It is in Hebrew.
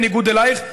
בניגוד אליך,